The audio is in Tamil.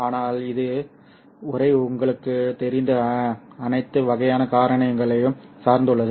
ஆனால் இது உறை உங்களுக்குத் தெரிந்த அனைத்து வகையான காரணிகளையும் சார்ந்துள்ளது